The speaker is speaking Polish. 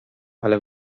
ale